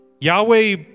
Yahweh